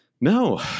No